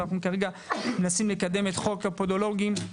וכרגע אנחנו מנסים לקדם את חוק הפודולוגים.